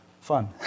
fun